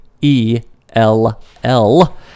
E-L-L